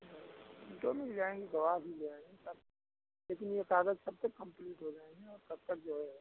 हाँ फोटो मिल जाएँगे गवाह भी ले आऍंगे सब लेकिन ये कागज कब तक कम्प्लीट हो जाएँगे और कब तक जो है